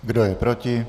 Kdo je proti?